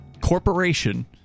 corporation